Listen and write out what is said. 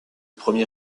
premier